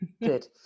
Good